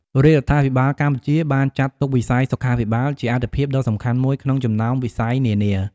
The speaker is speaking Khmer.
រាជរដ្ឋាភិបាលកម្ពុជាបានចាត់ទុកវិស័យសុខាភិបាលជាអាទិភាពដ៏សំខាន់មួយក្នុងចំណោមវិស័យនានា។